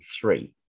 three